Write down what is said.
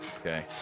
okay